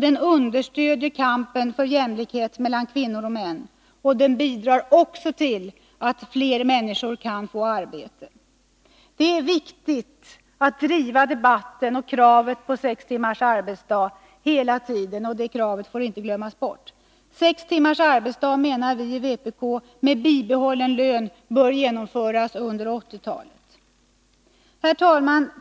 Den understöder kampen för jämlikhet mellan kvinnor och män. Den bidrar också till att fler människor kan få arbete. Det är viktigt att hela tiden driva debatten om och kravet på sex timmars arbetsdag. Dessa krav får inte glömmas bort. Sextimmarsdagen med bibehållen lönestandard bör genomföras under resten av 1980-talet.